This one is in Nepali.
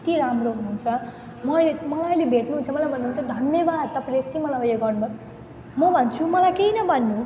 यति राम्रो हुनुहुन्छ म मलाई अहिले भेट्नुहुन्छ मलाई भन्नुहुन्छ धन्यवाद तपाईँले यति मलाई उयो गर्नुभयो म भन्छु मलाई केही नभन्नु